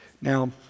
Now